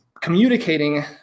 communicating